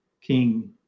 King